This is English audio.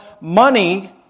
money